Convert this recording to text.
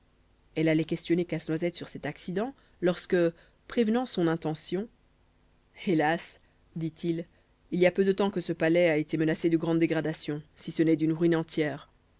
elle allait questionner casse-noisette sur cet accident lorsque prévenant son intention hélas dit-il il y a peu de temps que ce palais a été menacé de grandes dégradations si ce n'est d'une ruine entière